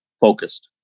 focused